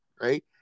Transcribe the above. right